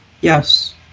Yes